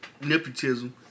Nepotism